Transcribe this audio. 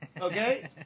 Okay